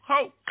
Hope